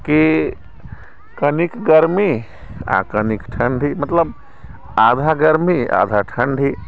कि कनिक गर्मी आ कनिक ठण्डी मतलब आधा गर्मी आधा ठण्डी